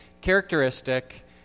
characteristic